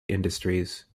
industries